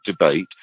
debate